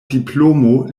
diplomo